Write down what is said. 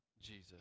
Jesus